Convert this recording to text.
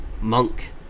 monk